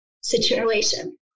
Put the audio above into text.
situation